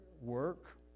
work